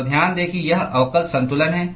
तो ध्यान दें कि यह अवकल संतुलन है